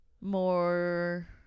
more